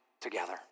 together